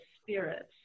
spirits